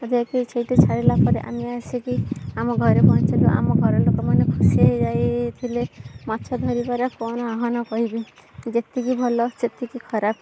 ଯାଇକି ସେଇଠି ଛାଡ଼ିଲା ପରେ ଆମେ ଆସିକି ଆମ ଘରେ ପହଞ୍ଚିଲୁ ଆମ ଘର ଲୋକମାନେ ଖୁସି ହେଇଯାଇଥିଲେ ମାଛ ଧରିବାର କ'ଣ ଆହ୍ୱାନ କହିବି ଯେତିକି ଭଲ ସେତିକି ଖରାପ